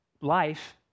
life